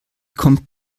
kommt